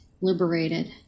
Liberated